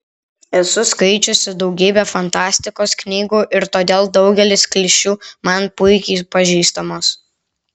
esu skaičiusi daugybę fantastikos knygų ir todėl daugelis klišių man puikiai pažįstamos